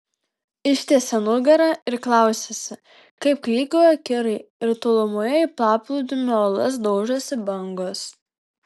ištiesė nugarą ir klausėsi kaip klykauja kirai ir tolumoje į paplūdimio uolas daužosi bangos